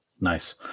Nice